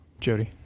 Jody